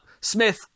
Smith